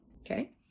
okay